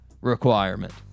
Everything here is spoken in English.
requirement